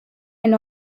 and